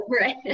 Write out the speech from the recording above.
Right